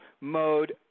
mode